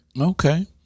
Okay